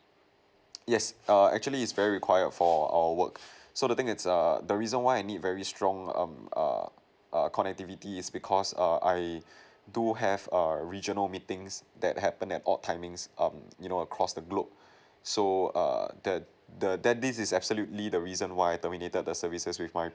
yes err actually it's very required for our work so the thing is err the reason why I need very strong um err err connectivity is because err I do have err regional meetings that happen at all timings um you know across the globe so err the the then this is actually the reason why I terminated the services with my